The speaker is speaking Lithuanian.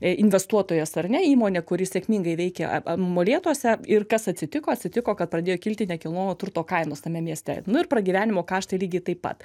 investuotojas ar ne įmonė kuri sėkmingai veikia molėtuose ir kas atsitiko atsitiko kad pradėjo kilti nekilnojamo turto kainos tame mieste nu ir pragyvenimo kaštai lygiai taip pat